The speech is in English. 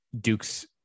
Duke's